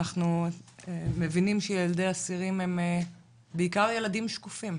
אנחנו מבינים שילדי אסירים הם בעיקר ילדים שקופים.